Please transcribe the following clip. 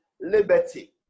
liberty